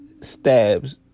stabs